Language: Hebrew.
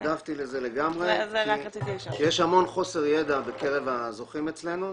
התנדבתי לזה לגמרי כי יש המון חוסר ידע בקרב הזוכים אצלנו,